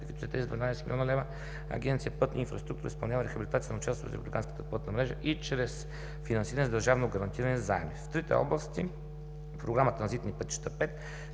12 млн. лв., Агенция „Пътна инфраструктура“ изпълнява рехабилитация на участъци от републиканската пътна мрежа и чрез финансиране с държавно гарантирани заеми. В трите области Програма „Транзитни пътища 5“